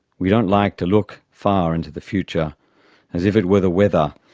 we don't like to look far into the future as if it were the weather,